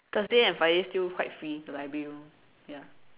Thursday and Friday still quite free the library room ya